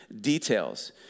details